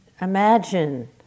imagine